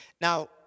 Now